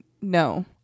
no